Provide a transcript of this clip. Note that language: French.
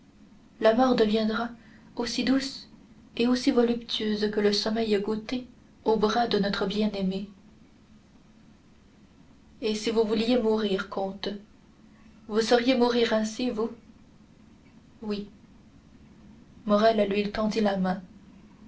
la mort deviendra aussi douce et aussi voluptueuse que le sommeil goûté aux bras de notre bien-aimée et si vous vouliez mourir comte vous sauriez mourir ainsi vous oui morrel lui tendit la main